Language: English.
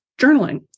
journaling